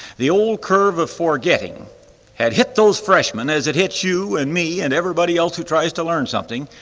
the old curve of forgetting had hit those freshmen as it hits you and me and everybody else who tries to learn something,